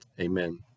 Amen